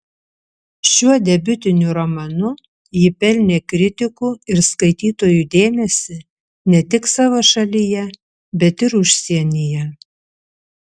šiuo debiutiniu romanu ji pelnė kritikų ir skaitytojų dėmesį ne tik savo šalyje bet ir užsienyje